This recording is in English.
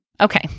Okay